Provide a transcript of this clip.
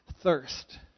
thirst